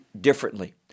differently